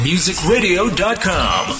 Musicradio.com